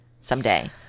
someday